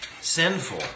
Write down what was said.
sinful